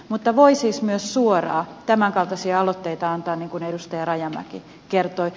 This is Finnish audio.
mutta voi siis myös suoraan tämänkaltaisia aloitteita antaa niin kuin edustaja rajamäki kertoi